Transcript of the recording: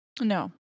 No